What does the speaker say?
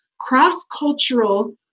cross-cultural